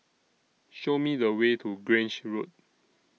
Show Me The Way to Grange Road